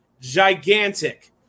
gigantic